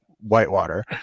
Whitewater